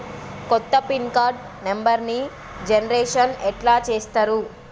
కొత్త pin card నెంబర్ని generation ఎట్లా చేత్తరు?